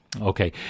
Okay